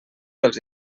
dels